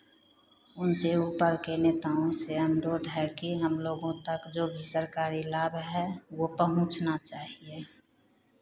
उनसे ऊपर के नेताओं से अनुरोध है कि हमलोगों तक जो भी सरकारी लाभ है वो पहुँचना चाहिए